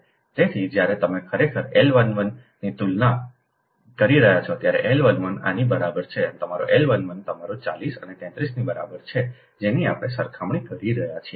તેથી જ્યારે તમે ખરેખર L 11 ની તુલના કરી રહ્યાં છો ત્યારે L 11 આની બરાબર છે કે તમારો L 11 તમારા 40 અને 33 ની બરાબર છે જેની આપણે સરખામણી કરી રહ્યા છીએ